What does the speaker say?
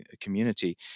community